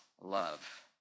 love